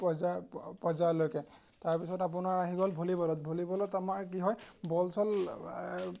পৰ্যায় পৰ্যায়লৈকে তাৰপিছত আপোনাৰ আহি গ'ল ভলীবলত ভলীবলত আমাৰ কি হয় বল চল